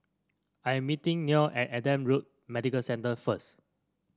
I am meeting Neal at Adam Road Medical Centre first